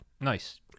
Nice